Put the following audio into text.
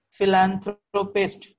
Philanthropist